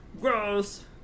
Gross